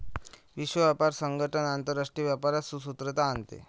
विश्व व्यापार संगठन आंतरराष्ट्रीय व्यापारात सुसूत्रता आणते